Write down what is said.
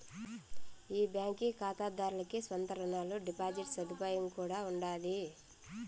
ఈ బాంకీ కాతాదార్లకి సొంత రునాలు, డిపాజిట్ సదుపాయం కూడా ఉండాది